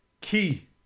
Key